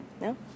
No